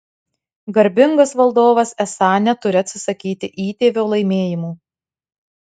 garbingas valdovas esą neturi atsisakyti įtėvio laimėjimų